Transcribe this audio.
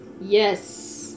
Yes